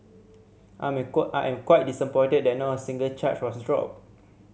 I'm I am quite disappointed that not a single charge was dropped